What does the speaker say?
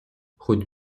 хоть